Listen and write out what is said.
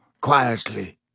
quietly